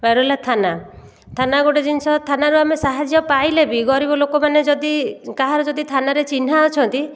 ପା ରହିଲା ଥାନା ଥାନା ଗୋଟିଏ ଜିନିଷ ଥାନାରୁ ଆମେ ସାହାଯ୍ୟ ପାଇଲେ ବି ଗରିବ ଲୋକମାନେ ଯଦି କାହାର ଯଦି ଥାନାରେ ଚିହ୍ନା ଅଛନ୍ତି